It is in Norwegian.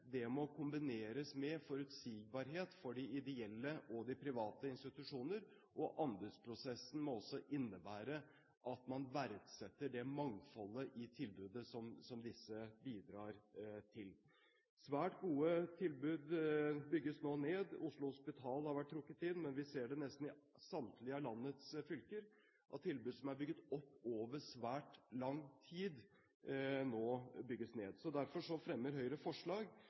det må kombineres med forutsigbarhet for ideelle og private institusjoner, og anbudsprosessen må også innebære at man verdsetter det mangfoldet i tilbudet som disse bidrar til. Svært gode tilbud bygges nå ned. Oslo Hospital har vært trukket inn. Men vi ser det nesten i samtlige av landets fylker at tilbudet som er bygd opp over svært lang tid, nå bygges ned. Derfor fremmer Høyre forslag